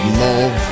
love